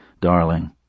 Darling